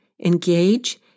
engage